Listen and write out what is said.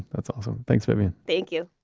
that's awesome. thanks, vivian thank you